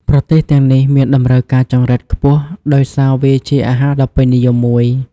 ប្រទេសទាំងនេះមានតម្រូវការចង្រិតខ្ពស់ ដោយសារវាជាអាហារដ៏ពេញនិយមមួយ។